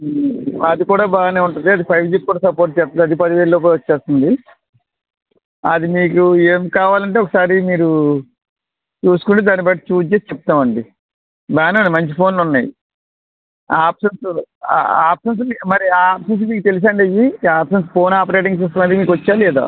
అది కూడా బాగానే ఉంటుంది అది ఫైవ్ జికి కూడా సపోర్ట్ చేస్తుంది పదివేల లోపే వచ్చేస్తుంది అది మీకు ఏం కావాలంటే ఒకసారి మీరు చూసుకుంటే దాన్ని బట్టి చూజ్ చేసి చెప్తామండి బాగానే ఉన్నాయి మంచి ఫోన్లు ఉన్నాయి ఆ ఆప్షన్స్ ఆ ఆ ఆప్షన్స్ మరి మీకు ఆ ఆప్షన్స్ తెలుసాండి ఇవి ఆ ఆప్షన్స్ ఫోన్ ఆపరేటింగ్ సిస్టమ్ అది మీకు వచ్చా లేదా